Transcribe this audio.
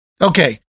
Okay